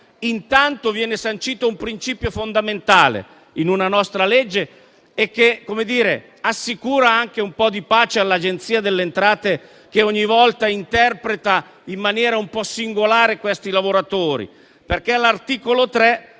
anzitutto sancito un principio fondamentale in una nostra legge, che assicura anche un po' di pace all'Agenzia delle entrate, che ogni volta interpreta in maniera un po' singolare questi lavoratori: all'articolo 3